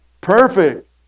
perfect